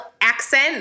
accent